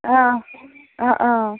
অঁ অঁ অঁ